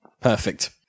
Perfect